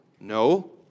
No